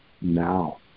now